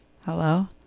hello